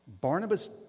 Barnabas